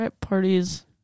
parties